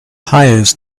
hires